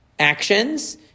Actions